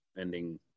ending